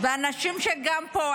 ואנשים שפה,